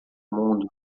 mundo